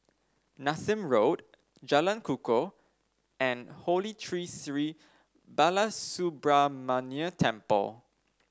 Nassim Road Jalan Kukoh and Holy Tree Sri Balasubramaniar Temple